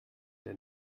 der